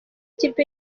ikipe